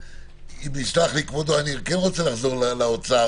אם יסלח לי כבודו, אני כן רוצה לחזור לאוצר,